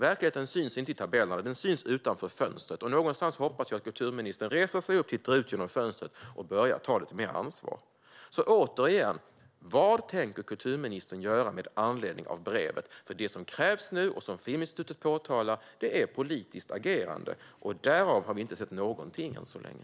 Verkligheten syns inte i tabellerna; den syns utanför fönstret. Någonstans hoppas jag att kulturministern reser sig upp, tittar ut genom fönstret och börjar ta lite mer ansvar. Återigen: Vad tänker kulturministern göra med anledning av brevet? Det som krävs nu och som Filminstitutet påtalar är politiskt agerande. Därav har vi inte sett någonting än så länge.